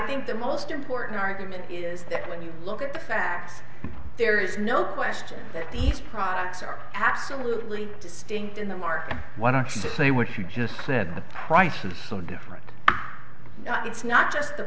think the most important argument is that when you look at the facts there is no question that the products are absolutely distinct in the market why don't you just say what you just said the price is so different it's not just